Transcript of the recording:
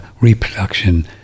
reproduction